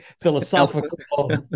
philosophical